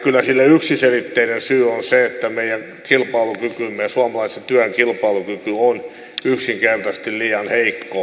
kyllä sille yksiselitteinen syy on se että meidän kilpailukykymme ja suomalaisen työn kilpailukyky on yksinkertaisesti liian heikko